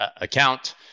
account